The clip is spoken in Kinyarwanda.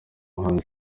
umuhanzi